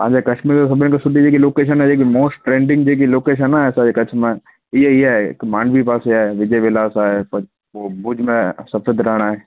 तव्हांजे कच्छ में सभिनी खां सुठी जेकी लोकेशन आहे जेकी मोस्ट ट्रेंडिंग जेकी लोकेशन आहे असांजे कच्छ में इहा इहा आहे हिक मांडवी पासे विजय विलास आहे पोइ भुज में सफेद रण आहे